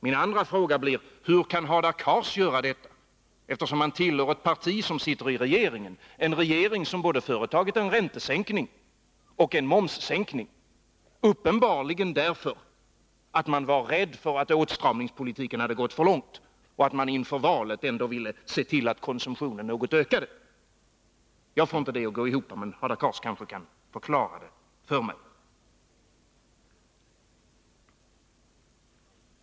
Min andra fråga är: Hur kan Hadar Cars göra detta, när han tillhör ett parti som sitter i regeringen, en regering som både har företagit en räntesänkning och en momssänkning, uppenbarligen därför att den var rädd för att åtstramningspolitiken hade gått för långt och att den inför valet ville se till att konsumtionen ökade något? Jag får det inte att gå ihop, men Hadar Cars kanske kan förklara det för mig.